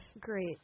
Great